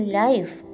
life